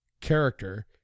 character